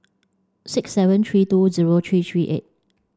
six seven three two zero three three eight